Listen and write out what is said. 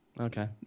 Okay